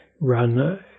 run